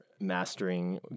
mastering